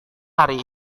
hari